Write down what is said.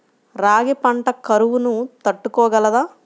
రాగి పంట కరువును తట్టుకోగలదా?